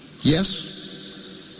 Yes